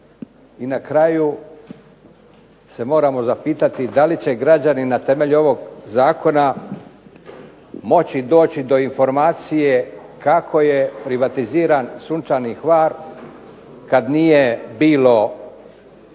i na kraju se moramo zapitati da li će građani na temelju ovog Zakona moći doći do informacije kako je privatiziran Sunčani Hvar kada nije bilo